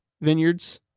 Vineyards